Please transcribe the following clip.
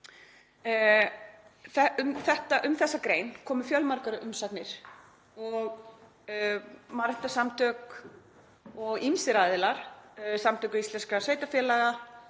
Um þessa grein komu fjölmargar umsagnir og mannréttindasamtök og ýmsir aðilar, Samband íslenskra sveitarfélaga